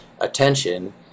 attention